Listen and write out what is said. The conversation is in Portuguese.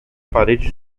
parede